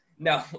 No